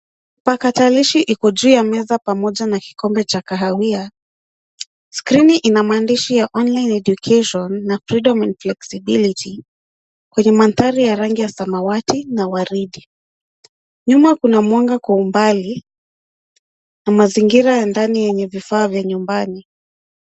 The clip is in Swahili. Pakatalishi iko juu ya meza pamoja na kikombe cha kahawia, skrini ina maandishi ya online education na freedom in flexibility kwenye mandhari ya rangi ya samawati na waridi. Nyuma kuna mwanga kwa umbali na mazingira ya ndani yenye vifaa vya nyumbani.